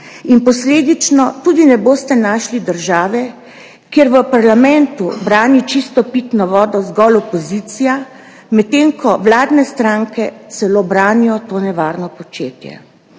in posledično tudi ne boste našli države, kjer v parlamentu brani čisto pitno vodo zgolj opozicija, medtem ko vladne stranke celo branijo to nevarno početje.